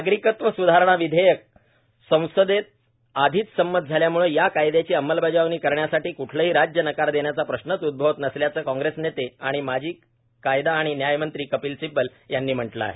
नागरीकत्व सुधारणा विधेयक संसदेत आधीच संमत झाल्याम्ळे या कायद्याची अंमलबजावणी करण्यासाठी क्ठलेही राज्य नकार देण्याचा प्रश्नच उदभवत नसल्याचं काँग्रेसचे नेते आणि माजी कायदा आणि न्याय मंत्री कपील सिब्बल यांनी म्हटलं आहे